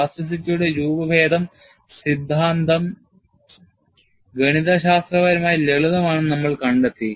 പ്ലാസ്റ്റിറ്റിയുടെ രൂപഭേദം സിദ്ധാന്തം ഗണിതശാസ്ത്രപരമായി ലളിതമാണെന്ന് നമ്മൾ കണ്ടെത്തി